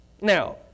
Now